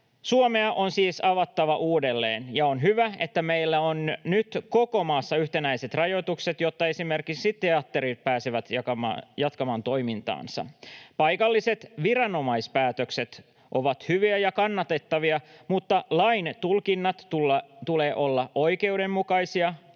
Suomea on siis avattava uudelleen, ja on hyvä, että meillä on nyt koko maassa yhtenäiset rajoitukset, jotta esimerkiksi teatterit pääsevät jatkamaan toimintaansa. Paikalliset viranomaispäätökset ovat hyviä ja kannatettavia, mutta lain tulkintojen tulee olla oikeudenmukaisia,